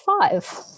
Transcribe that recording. five